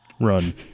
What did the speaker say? run